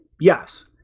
Yes